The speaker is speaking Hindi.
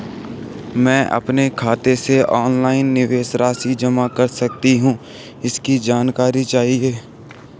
मैं अपने खाते से ऑनलाइन निवेश राशि जमा कर सकती हूँ इसकी जानकारी चाहिए?